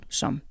som